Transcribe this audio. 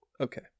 okay